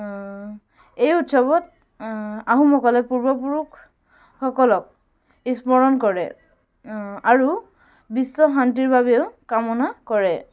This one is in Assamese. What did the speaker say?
এই উৎসৱত আহোমসকলে পূৰ্বপুৰুষসকলক স্মৰণ কৰে আৰু বিশ্ব শান্তিৰ বাবেও কামনা কৰে